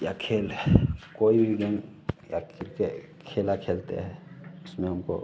या खेल कोई भी गेम या किर्के खेला खेलते हैं उसमें हमको